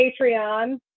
Patreon